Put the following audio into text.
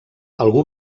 algú